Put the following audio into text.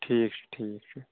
ٹھیٖک چھُ ٹھیٖک چھُ